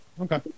Okay